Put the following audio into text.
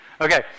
Okay